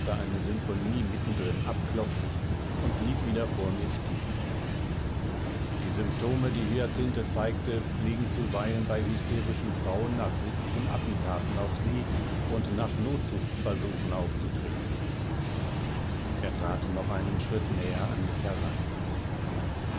eine symphonie mittendrin abklopft und blieb wieder vor mir stehen die symptome die hyacinthe zeigte pflegen zuweilen bei hysterischen frauen nach sittlichen attentaten auf sie und nach notzuchtsversuchen aufzutreten er trat noch einen schritt näher an mich heran